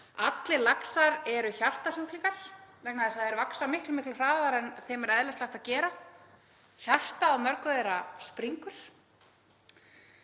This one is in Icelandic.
Allir laxar eru hjartasjúklingar vegna þess að þeir vaxa miklu hraðar en þeim er eðlislægt að gera, hjartað í mörgum þeirra springur.